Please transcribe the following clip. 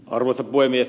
arvoisa puhemies